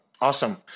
Awesome